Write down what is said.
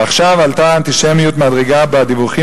ועכשיו עלתה האנטישמיות מדרגה בדיווחים